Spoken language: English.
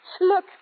Look